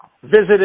visited